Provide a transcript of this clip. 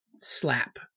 slap